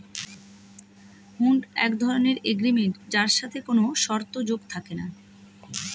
হুন্ড এক ধরনের এগ্রিমেন্ট যার সাথে কোনো শর্ত যোগ থাকে না